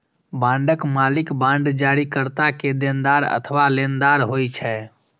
बांडक मालिक बांड जारीकर्ता के देनदार अथवा लेनदार होइ छै